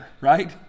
right